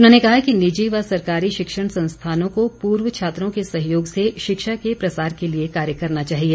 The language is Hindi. उन्होंने कहा कि निजी व सरकारी शिक्षण संस्थानों को पूर्व छात्रों के सहयोग से शिक्षा के प्रसार के लिए कार्य करना चाहिए